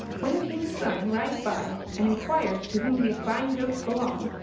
when the king's son rides by and inquires to whom these fine goats belong,